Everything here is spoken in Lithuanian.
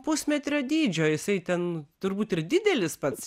pusmetrio dydžio jisai ten turbūt ir didelis pats